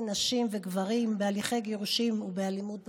נשים וגברים בהליכי גירושין ובאלימות במשפחה.